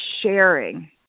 sharing